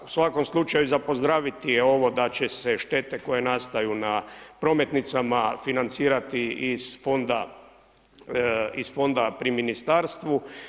U svakom slučaju za pozdraviti je ovo da će se štete koje nastaju na prometnicama financirati iz fonda pri ministarstvu.